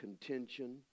contention